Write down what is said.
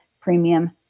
premium